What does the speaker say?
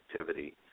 activity